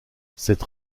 cette